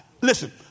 Listen